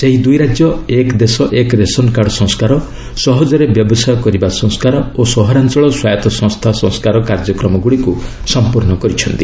ସେହି ଦୁଇ ରାଜ୍ୟ ଏକ୍ ଦେଶ ଏକ୍ ରେସନ୍ କାର୍ଡ ସଂସ୍କାର ସହଜରେ ବ୍ୟବସାୟ କରିବା ସଂସ୍କାର ଓ ସହରାଞ୍ଚଳ ସ୍ୱାୟତ ସଂସ୍ଥା ସଂସ୍କାର କାର୍ଯ୍ୟକ୍ରମ ଗୁଡ଼ିକୁ ସମ୍ପୂର୍ଣ୍ଣ କରିଛନ୍ତି